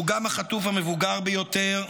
שהוא גם החטוף המבוגר ביותר,